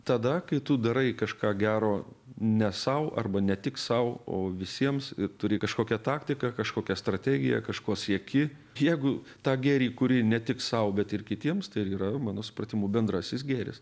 tada kai tu darai kažką gero ne sau arba ne tik sau o visiems turi kažkokią taktiką kažkokią strategiją kažko sieki jeigu tą gėrį kuri ne tik sau bet ir kitiems tai ir yra mano supratimu bendrasis gėris